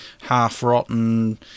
half-rotten